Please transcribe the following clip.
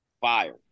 fire